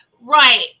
Right